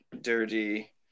dirty